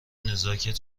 نزاکت